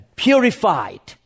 purified